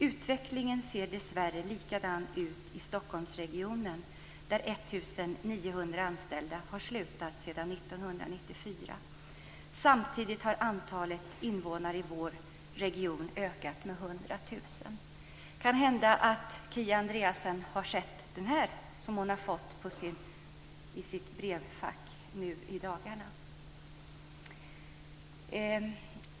Utvecklingen ser dessvärre likadan ut i hela stockholmsregionen där 1 900 anställda har slutat sedan 1994. Samtidigt har antalet invånare i vår region ökat med över 100 000." Det kan hända att Kia Andreasson har sett det här som hon har fått i sitt brevfack nu i dagarna.